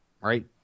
Right